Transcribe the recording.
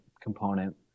component